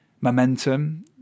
momentum